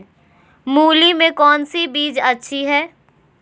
मूली में कौन सी बीज अच्छी है?